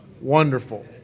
Wonderful